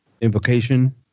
invocation